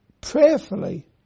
prayerfully